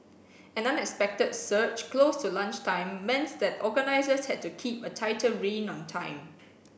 an unexpected surge close to lunchtime meant that organisers had to keep a tighter rein on time